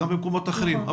היא גם במקומות אחרים.